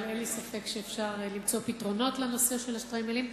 אבל אין לי ספק שאפשר למצוא פתרונות לנושא של השטריימלים.